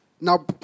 now